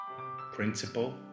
principle